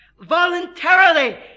voluntarily